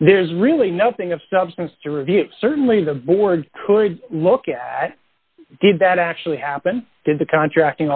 there's really nothing of substance to review certainly the board could look at did that actually happen did the contracting